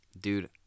Dude